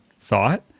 thought